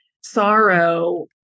sorrow